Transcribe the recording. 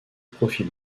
profil